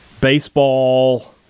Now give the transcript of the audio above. baseball